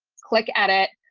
click edit.